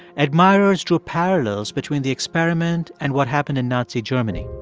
admirers draw parallels between the experiment and what happened in nazi germany.